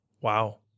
Wow